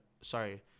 sorry